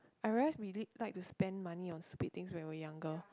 I realised we lit like to spend money on stupid things when we were younger